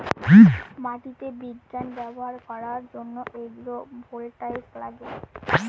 মাটিতে বিজ্ঞান ব্যবহার করার জন্য এগ্রো ভোল্টাইক লাগে